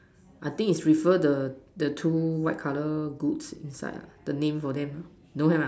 I think is refer the the two white color goods inside ah the name for them don't have ah